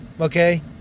okay